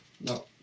No